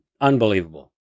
Unbelievable